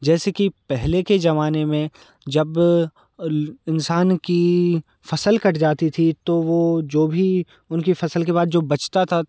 जैसे कि पहले के जमाने में जब अल इंसान की फसल कट जाती थी तो वो जो भी उनकी फसल के बाद जो बचता था